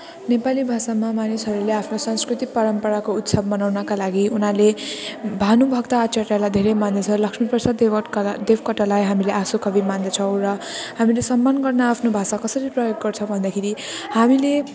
नेपाली भाषामा मानिसहरूले आफ्नो संस्कृति परम्पराको उत्सव मनाउनका लागि उनीहरूले भानुभक्त आचार्यलाई धेरै मान्दछ लक्ष्मीप्रसाद देवटकालाई देवकोटालाई हामीले आँसुकवि मान्दछौँ र हामीले सम्मान गर्न आफ्नो भाषा कसरी प्रयोग गर्छौँ भन्दाखेरि हामीले